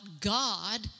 God